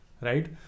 right